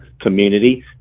community